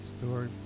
story